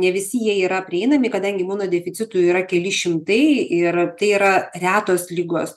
ne visi jie yra prieinami kadangi imunodeficitų yra keli šimtai ir tai yra retos ligos